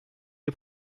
est